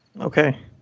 okay